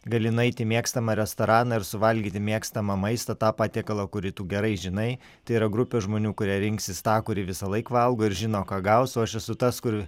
gali nueit į mėgstamą restoraną ir suvalgyti mėgstamą maistą tą patiekalą kurį gerai žinai tai yra grupė žmonių kurie rinksis tą kurį visąlaik valgo ir žino ką gaus o aš esu tas kur